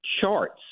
charts